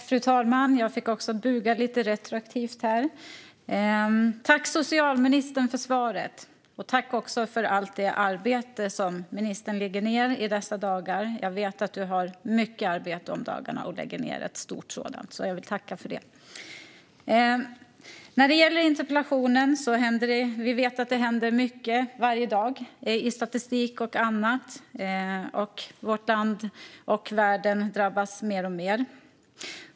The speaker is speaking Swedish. Fru talman! Tack, socialministern, för svaret! Jag vet att ministern har mycket arbete i dessa dagar, och jag vill tacka för det stora arbete som ministern gör. När det gäller interpellationen vet vi att det händer mycket varje dag i statistik och annat. Vårt land och världen drabbas mer och mer.